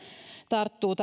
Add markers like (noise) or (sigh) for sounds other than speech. tarttuvat (unintelligible)